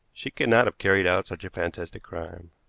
she could not have carried out such a fantastic crime,